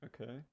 okay